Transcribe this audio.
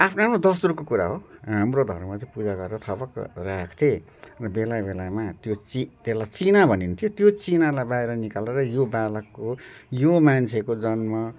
आफ्नो आफ्नो दस्तुरको कुरा हो हाम्रो धर्ममा चाहिँ पूजा गरेर थपक्क राख्थे र बेला बेलामा त्यो चिज त्यसलाई चिना भनिन्थ्यो त्यो चिनालाई बाहिर निकालेर यो बालकको यो मान्छेको जन्म